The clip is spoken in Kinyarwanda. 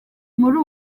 muri